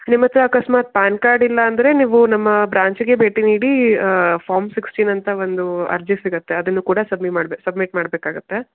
ನಿಮ್ಮ ಹತ್ತಿರ ಅಕಸ್ಮಾತ್ ಪಾನ್ ಕಾರ್ಡ್ ಇಲ್ಲ ಅಂದರೆ ನೀವು ನಮ್ಮ ಬ್ರಾಂಚ್ಗೆ ಭೇಟಿ ನೀಡಿ ಫಾರ್ಮ್ ಸಿಕ್ಸ್ಟೀನ್ ಅಂತ ಒಂದು ಅರ್ಜಿ ಸಿಗತ್ತೆ ಅದನ್ನು ಕೂಡ ಸಬ್ಮಿ ಮಾಡ್ಬೇ ಸಬ್ಮಿಟ್ ಮಾಡಬೇಕಾಗುತ್ತೆ